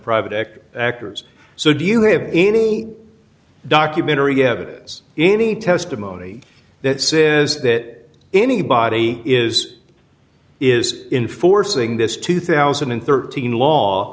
private actors so do you have any documentary get any testimony that says that anybody is is in forcing this two thousand and thirteen law